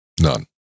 none